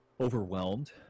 overwhelmed